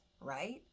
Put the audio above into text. right